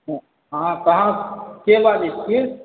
अहाँ कहाँ केँ बजैत छी